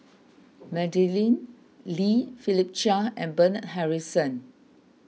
Madeleine Lee Philip Chia and Bernard Harrison